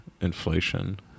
inflation